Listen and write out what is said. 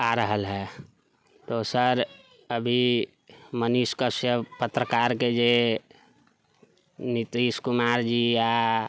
आबि रहल हइ दोसर अभी मनीष कश्यप पत्रकारके जे नीतीश कुमारजी आओर